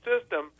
system